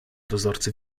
dozorcy